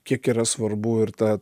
kiek yra svarbu ir ta